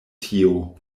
tio